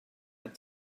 and